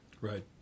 Right